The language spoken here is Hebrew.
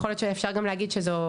יכול להיות שאפשר גם להגיד שזו,